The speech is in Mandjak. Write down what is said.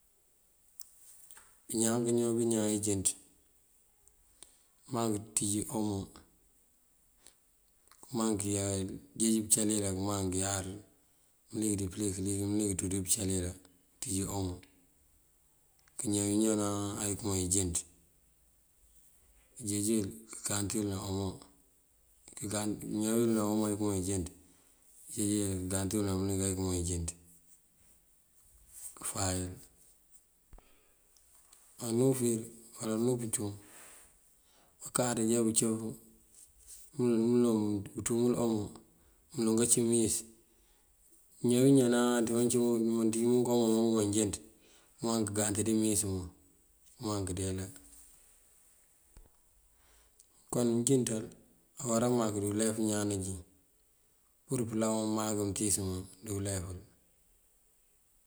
Pёñaw iñanu ejёnţ këmaŋ keţíji omo këmaŋ keyáari këjeeji pëcalira këmaŋ keyáari mëlik dí puliki. Këlik mëlik kanţú dí pëcalira kёñaw iñanáa ekёmee ejёnţ këjeeji gant yul ná omo. Kёñaw yul ná omo ekёmee ejёnţ këjeeji kagant yul ná mëlik ekёmee ejёnţ, këfáaw yël. Á unú ufíir uwala unú bucum, bakáaţ já bucëf muloŋ muloŋ kací mëyës këñaw iñanáa ţí mukoo ngun ejënţ këmaŋ keganti ţí mëyës mun, këmaŋ këndeela. Kon bëjënţal awará ţí ulef ñaan najín pur pulaw mëmak mëtíis mun dí uleful.